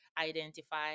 identify